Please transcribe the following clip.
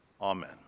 Amen